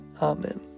Amen